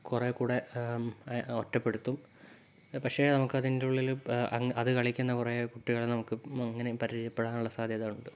കുറെക്കൂടി ഒറ്റപ്പെടുത്തും പക്ഷെ നമുക്കതിന്റുള്ളില് ആ അത് അത് കളിക്കുന്ന കുറേ കുട്ടികളെ നമുക്ക് അങ്ങനെ പരിചയപ്പെടാനുള്ള സാധ്യത ഉണ്ട്